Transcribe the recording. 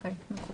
אוקיי, מקובל.